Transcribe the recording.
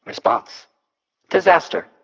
response disaster,